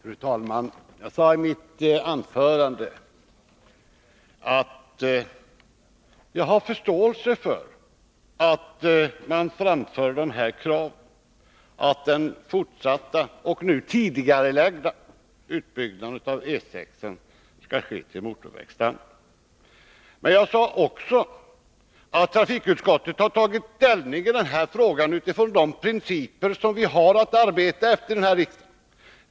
Fru talman! Jag sade i mitt anförande att jag har förståelse för att man framför de här kraven — att den fortsatta och nu tidigarelagda utbyggnaden av E 6 skall ske till motorvägsstandard. Men jag sade också att trafikutskottet har tagit ställning till den här frågan utifrån de principer som vi har att arbeta efter i den här riksdagen.